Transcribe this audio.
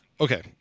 okay